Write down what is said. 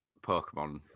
Pokemon